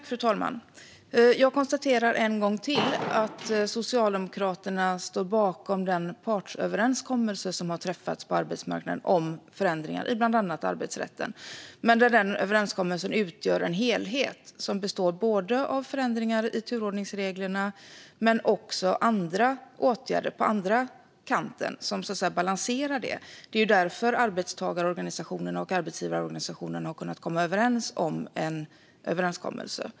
Fru talman! Jag konstaterar en gång till att Socialdemokraterna står bakom den partsöverenskommelse som har träffats på arbetsmarknaden om förändringar i bland annat arbetsrätten. Denna överenskommelse utgör en helhet som består av både förändringar i turordningsreglerna och åtgärder på andra kanten som balanserar det. Det är därför arbetstagarorganisationerna och arbetsgivarorganisationerna har kunnat komma överens.